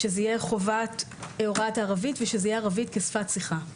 שתהיה חובה של הוראת ערבית ושזו תהיה ערבית כשפת שיחה.